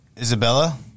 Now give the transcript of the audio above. Isabella